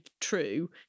true